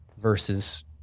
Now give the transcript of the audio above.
versus